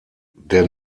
der